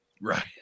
Right